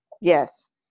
Yes